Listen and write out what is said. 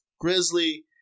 Grizzly